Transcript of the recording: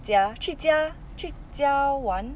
家去家去家玩